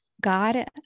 God